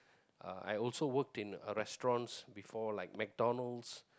uh I also worked in a restaurant before like McDonald's